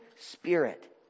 spirit